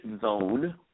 zone